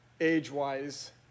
age-wise